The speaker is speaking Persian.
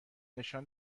نشان